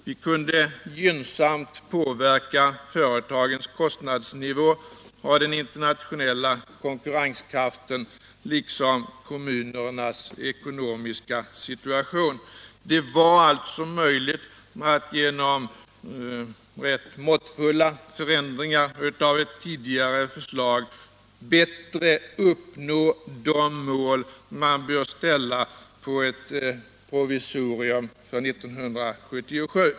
Vi kunde gynnsamt påverka företagens kostnadsnivå och den internationella konkurrenskraften liksom kommunernas ekonomiska situation. Det var alltså möjligt att genom rätt måttfulla förändringar av ett tidigare förslag bättre uppnå de mål man bör ställa upp för ett provisorium avseende 1977.